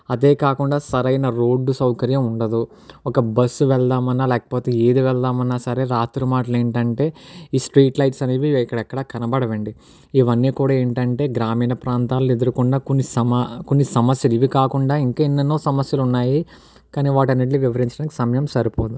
అదే కాకుండా సరైన రోడ్డు సౌకర్యం ఉండదు ఒక బస్సు వెళ్దామన్నా లేకపోతే ఏది వెళ్దామన్నా సరే రాత్రి మాటుల ఏమిటంటే ఈ స్ట్రీట్ లైట్స్ ఎక్కడెక్కడ కనబడవు అండి ఇవన్నీ కూడా ఏమిటంటే గ్రామీణ ప్రాంతాల్లో ఎదురుకున్న కొన్ని సమా కొన్ని సమస్యలు ఇవి కాకుండా ఇంకా ఎన్నెన్నో సమస్యలు ఉన్నాయి కాని వాటిని అన్నీటిని వివరించడానికి సమయం సరిపోదు